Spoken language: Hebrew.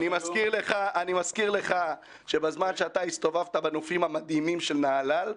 אני מזכיר לך שבזמן שאתה הסתובבת בנופים המדהימים של נהלל,